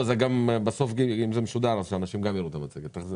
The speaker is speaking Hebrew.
עם נתונים גבוהים מראש וזאת פעם ראשונה שאנחנו עובדים במסגרת תקציבית